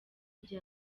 igihe